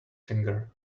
finger